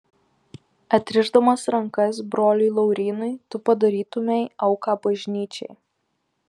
atrišdamas rankas broliui laurynui tu padarytumei auką bažnyčiai